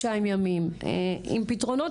עם פתרונות,